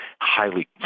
highly